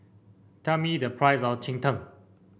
tell me the price of Cheng Tng